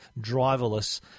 driverless